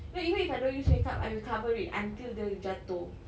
no even if I don't use makeup I will cover it until dia jatuh